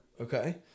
Okay